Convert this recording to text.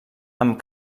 amb